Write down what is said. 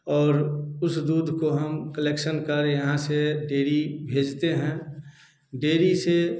और उस दूध को हम कलेक्शन कर यहाँ से डेरी भेजते हैं डेरी से